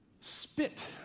Spit